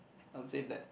I will say that